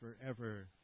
forever